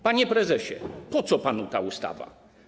Panie prezesie, po co panu ta ustawa?